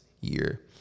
year